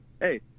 Hey